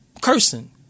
Cursing